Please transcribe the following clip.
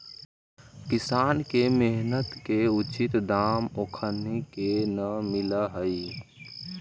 किसान के मेहनत के उचित दाम ओखनी के न मिलऽ हइ